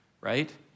right